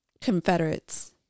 Confederates